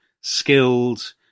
skilled